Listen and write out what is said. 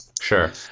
Sure